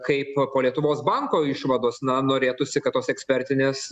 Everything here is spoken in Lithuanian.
kaip po lietuvos banko išvados na norėtųsi kad tos ekspertinės